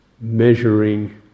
measuring